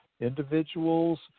individuals